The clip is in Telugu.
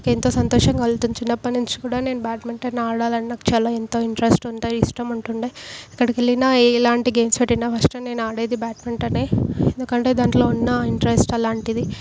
నాకు ఎంతో సంతోషం కలుగుతుంది చిన్నప్పటినుంచి కూడా నేను బ్యాడ్మింటన్ ఆడాలని నాకు చాలా ఎంతో ఇంట్రెస్ట్ ఉంటుంది ఇష్టం ఉంటుండే ఎక్కడికెళ్ళినా ఎలాంటి గేమ్స్ ఆడినా ఫస్ట్ నేను ఆడేది బ్యాడ్మింటనే ఎందుకంటే దాంట్లో ఉన్న ఇంట్రెస్ట్ అలాంటిది